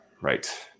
right